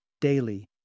daily